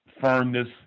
firmness